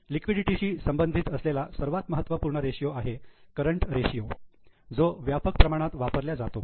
लिक्विडिटीशी संबंधित असलेला सर्वात महत्वपूर्ण रेशियो आहे करंट रेशियो जो व्यापक प्रमाणात वापरल्या जातो